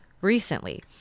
recently